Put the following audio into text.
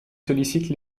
sollicite